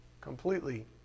Completely